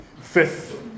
Fifth